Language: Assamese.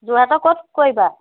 যোৰহাটৰ ক'ত কৰিবা